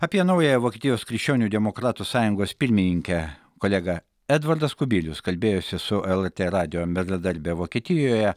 apie naująją vokietijos krikščionių demokratų sąjungos pirmininkę kolega edvardas kubilius kalbėjosi su lrt radijo bendradarbe vokietijoje